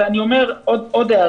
אני אומר עוד דבר